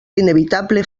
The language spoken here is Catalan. inevitable